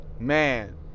Man